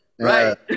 Right